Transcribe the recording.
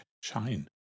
shine